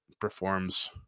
performs